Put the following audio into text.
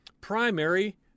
primary